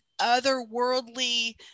otherworldly